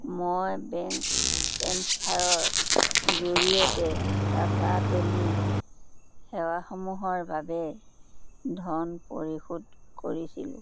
মই বেংক ট্ৰেন্সফাৰৰ জৰিয়তে টাটা টেলি সেৱাসমূহৰ বাবে ধন পৰিশোধ কৰিছিলোঁ